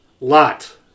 Lot